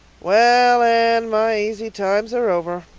well, anne, my easy times are over.